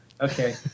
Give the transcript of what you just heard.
Okay